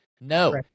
no